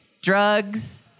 drugs